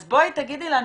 אז בואי תגידי לנו,